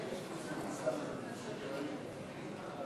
זה הזמן הקודם, של השני.